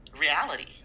reality